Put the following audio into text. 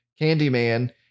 Candyman